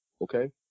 Okay